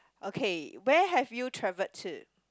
okay where have you traveled to